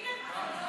ביטן כבר לא.